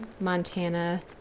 Montana